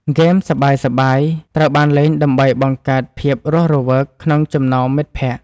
ហ្គេមសប្បាយៗត្រូវបានលេងដើម្បីបង្កើតភាពរស់រវើកក្នុងចំណោមមិត្តភក្ដិ។